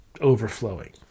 overflowing